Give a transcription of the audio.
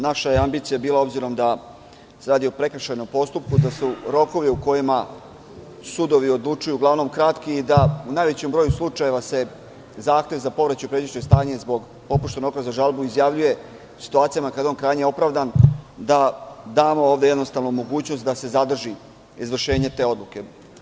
Naša ambicija je bila, obzirom da se radi o prekršajnom postupku, da su rokovi u kojima sudovi odlučuju uglavnom kratki i da se u najvećem broju slučajeva zahtev za povraćaj u pređašnje stanje zbog roka za žalbu izjavljuje u situacijama kada je on krajnje opravdan, da damo ovde jednostavno mogućnost da se zadrži izvršenje te odluke.